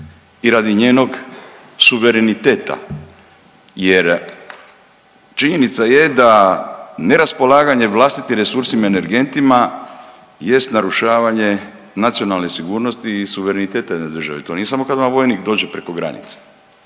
i radi njenog suvereniteta jer činjenica je da neraspolaganje vlastitim resursima i energentima jest narušavanje nacionalne sigurnosti i suverenita jedne države, to nije samo kad vam vojnik dođe preko granice,